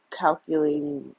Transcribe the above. calculating